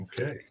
Okay